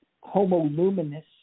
homo-luminous